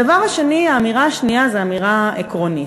הדבר השני, האמירה השנייה היא אמירה עקרונית.